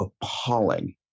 appalling